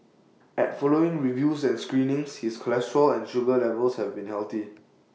at following reviews and screenings his cholesterol and sugar levels have been healthy